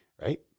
right